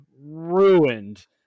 ruined